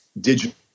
digital